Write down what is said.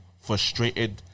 frustrated